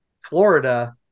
Florida